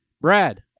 Brad